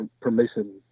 permission